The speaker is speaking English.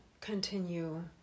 continue